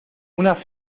una